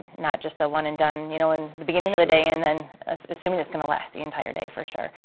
not just a one and done you know, in the beginning of the day and and assuming that it's gonna last the entire day for sure.